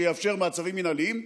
שיאפשר מעצרים מינהליים,